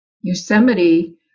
Yosemite